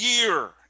year